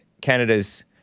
Canada's